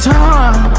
time